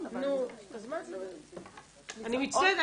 אני מצטערת,